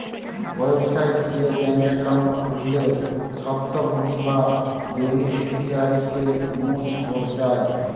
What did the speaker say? website গিয়ে bank account খুললে স্বত্বভোগী বা বেনিফিশিয়ারিকে মুছ যায়